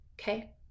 okay